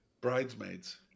Bridesmaids